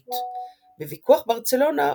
ביוונית Μωησής Μαϊμονίδης,